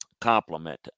complement